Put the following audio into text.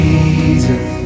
Jesus